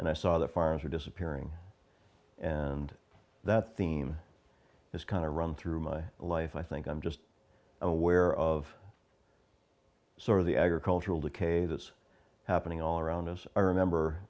and i saw that farmers are disappearing and that theme has kind of run through my life i think i'm just aware of sort of the agricultural decay that's happening all around us i remember